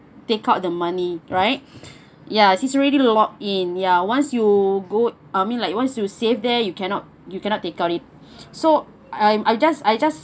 take out the money right ya it's already locked in ya once you go I mean like once you save there you cannot you cannot take out already so I just I just